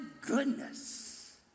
goodness